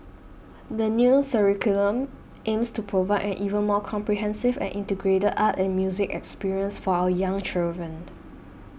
the new curriculum aims to provide an even more comprehensive and integrated art and music experience for our young children